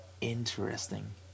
Interesting